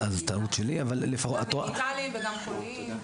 גם דיגיטליים וגם קוליים.